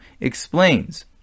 explains